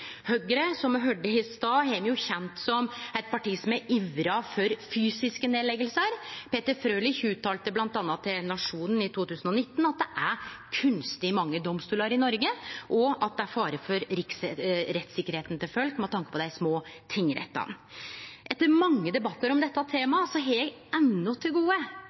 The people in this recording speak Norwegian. Høgre – som me høyrde i stad – har me jo kjent som eit parti som har ivra for fysiske nedleggingar. Peter Frølich uttalte bl.a. til Nationen i 2019 at det er kunstig mange domstolar i Noreg, og at det er fare for rettssikkerheita til folk med tanke på dei små tingrettane. Etter mange debattar om dette temaet har eg enno til gode